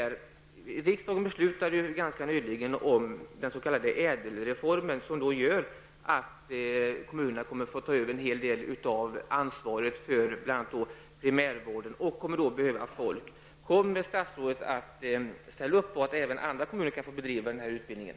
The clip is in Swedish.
Riksdagen fattade ganska nyligen beslut om den s.k. ÄDEL-reformen, som medför att kommunerna kommer att få ta över en hel del av ansvaret för bl.a. primärvården. Kommunerna kommer då att behöva folk. Kommer statsrådet att ställa upp på att även andra kommuner kan få bedriva den här utbildningen?